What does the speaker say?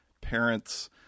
parents